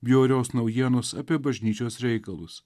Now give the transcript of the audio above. bjaurios naujienos apie bažnyčios reikalus